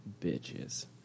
Bitches